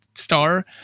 star